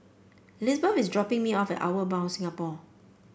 Elizebeth is dropping me off Outward Bound Singapore